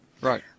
Right